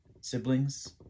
Siblings